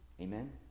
Amen